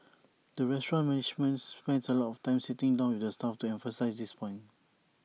the restaurant's management spends A lot of time sitting down with the staff to emphasise this point